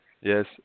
yes